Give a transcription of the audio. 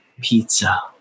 Pizza